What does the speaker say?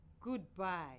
goodbye